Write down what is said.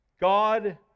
God